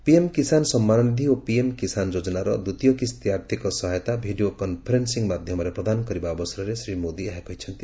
PM Kisan ସମ୍ମାନନିଧି ଓ PM Kisan ଯୋଚ୍ଚନାର ଦ୍ୱିତୀୟ କିସ୍ତି ଆର୍ଥିକ ସହାୟତା ଭିଡ଼ିଓ କନ୍ଫରେନ୍ସିଂ ମାଧ୍ୟମରେ ପ୍ରଦାନ କରିବା ଅବସରରେ ଶ୍ରୀ ମୋଦି ଏହା କହିଛନ୍ତି